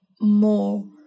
more